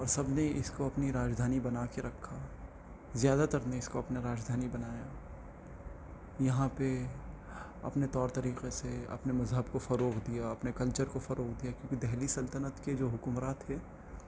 اور سب نے اس کو اپنی راجدھانی بنا کے رکھا زیادہ تر نے اس کو اپنا راجدھانی بنایا یہاں پہ اپنے طور طریقے سے اپنے مذہب کو فروغ دیا اپنے کلچر کو فروغ دیا کیونکہ دہلی سلطنت کے جو حکمراں تھے